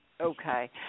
Okay